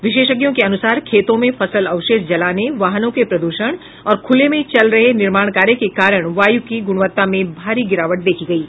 विशेषज्ञों के अनुसार खेतों में फसल अवशेष जलाने वाहनों के प्रदूषण और खुले में चल रहे निर्माण कार्य के कारण वायु की गुणवत्ता में भारी गिरावट देखी गयी